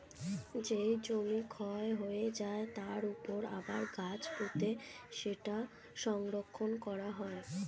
যেই জমি ক্ষয় হয়ে যায়, তার উপর আবার গাছ পুঁতে সেটা সংরক্ষণ করা হয়